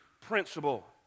principle